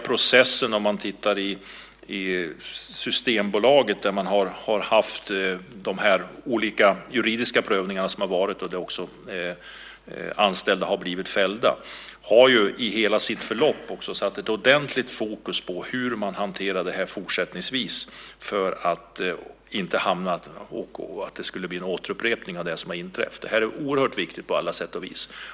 På Systembolaget har man haft juridiska prövningar och anställda har blivit fällda. Det har satt fokus på hur man fortsättningsvis ska hantera detta för att det inte ska bli en återupprepning av det inträffade. Det här är oerhört viktigt på alla sätt och vis.